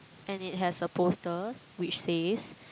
and it has a poster which says